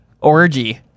Orgy